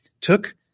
took